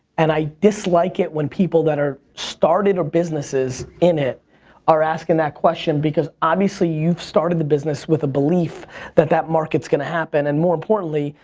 and i dislike it when people that are started or businesses in it are asking that question because obviously you've started the business with a belief that that market's gonna happen, and more importantly,